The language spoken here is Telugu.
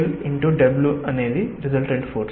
W అనేది రిసల్టెంట్ ఫోర్స్